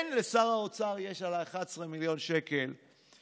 כן, לשר האוצר יש על ה-11 מיליארד שקל שליטת-מה.